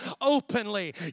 openly